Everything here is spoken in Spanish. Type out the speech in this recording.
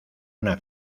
una